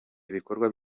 ibikorwa